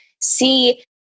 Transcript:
see